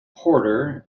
porter